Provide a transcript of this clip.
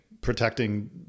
protecting